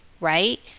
right